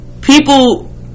people